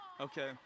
Okay